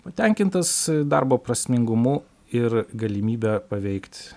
patenkintas darbo prasmingumu ir galimybe paveikt